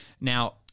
Now